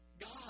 God